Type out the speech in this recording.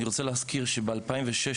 אני רוצה להזכיר שב-2016,